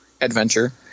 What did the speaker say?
adventure